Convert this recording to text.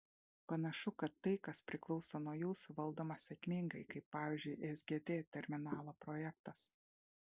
panašu kad tai kas priklauso nuo jūsų valdoma sėkmingai kaip pavyzdžiui sgd terminalo projektas